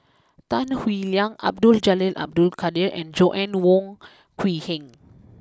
Tan Howe Liang Abdul Jalil Abdul Kadir and Joanna Wong Quee Heng